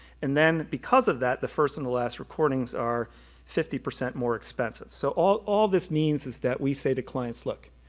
and then, because of that, the first and the last recordings are fifty percent more expensive. so all all this means is that we say to clients, look,